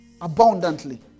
abundantly